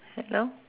hello